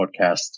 podcast